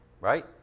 right